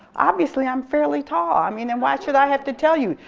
obviously i'm fairly tall i mean and why should i have to tell you?